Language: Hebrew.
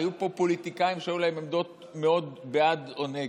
היו פה פוליטיקאים שהיו להם דעות שהן מאוד בעד או נגד.